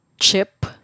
chip